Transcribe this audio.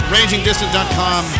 Rangingdistant.com